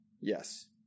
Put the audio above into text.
yes